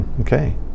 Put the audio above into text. okay